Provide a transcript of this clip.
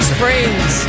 Springs